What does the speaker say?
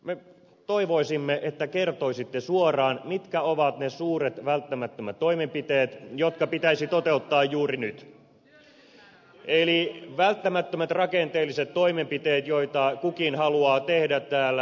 me toivoisimme että kertoisitte suoraan mitkä ovat ne suuret välttämättömät toimenpiteet jotka pitäisi toteuttaa juuri nyt eli välttämättömät rakenteelliset toimenpiteet joita kukin haluaa tehdä täällä